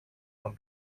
from